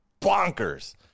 bonkers